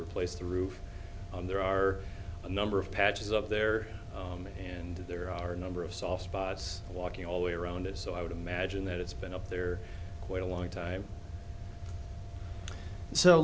replace the roof on there are a number of patches up there and there are a number of soft spots walking all way around it so i would imagine that it's been up there quite a long time so